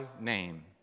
name